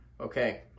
Okay